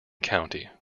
county